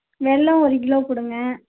வெல்லம் ஒரு கிலோ கொடுங்க